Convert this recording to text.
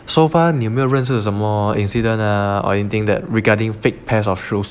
so far 你有没有认识什么 incident ah or anything that regarding fake pairs of shoes